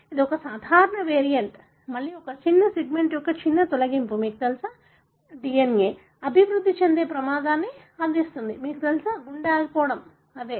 ఇది ఒక సాధారణ వేరియంట్ మళ్లీ ఒక చిన్న సెగ్మెంట్ యొక్క చిన్న తొలగింపు మీకు తెలుసా DNA అభివృద్ధి చెందే ప్రమాదాన్ని అందిస్తుంది మీకు తెలుసా గుండె ఆగిపోవడం సరేనా